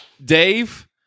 Dave